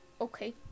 okay